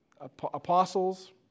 Apostles